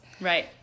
Right